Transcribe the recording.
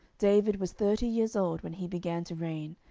david was thirty years old when he began to reign,